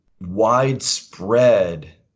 widespread